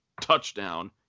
touchdown